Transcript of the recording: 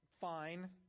fine